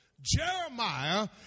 Jeremiah